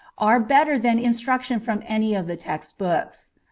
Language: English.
are better than instruction from any of the text-books.